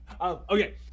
Okay